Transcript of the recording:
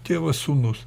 tėvas sūnus